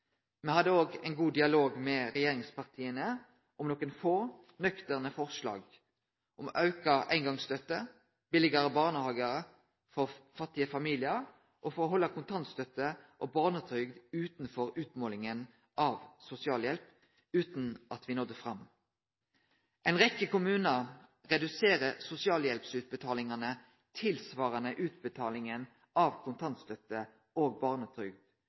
Me hadde òg ein god dialog med regjeringspartia om nokre få, nøkterne forslag – om auka eingongsstøtte, om billigare barnehagar for fattige familiar og om å halde kontantstøtte og barnetrygd utanfor utmålinga av sosialhjelp – utan at me nådde fram. Ei rekkje kommunar reduserer sosialhjelpsutbetalingane tilsvarande utbetalinga av kontantstøtte og barnetrygd,